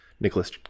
Nicholas